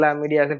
media